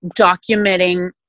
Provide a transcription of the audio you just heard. documenting